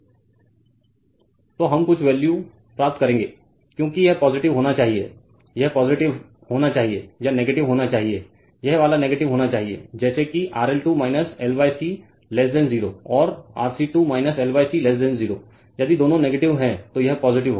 Refer Slide Time 0517 तो हम कुछ वैल्यू प्राप्त करेंगे क्योंकि यह पॉजिटिव होना चाहिए यह पॉजिटिव होना चाहिए है या नेगेटिव होना चाहिए है यह वाला नेगेटिव होना चाहिए जैसे कि RL 2 L C 0 और RC 2 L C 0 यदि दोनों नेगेटिव हैं तो यह पॉजिटिव होगा